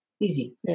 easy